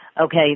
Okay